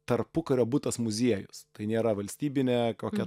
tarpukario butas muziejus tai nėra valstybinė kokia